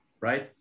right